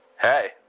Hey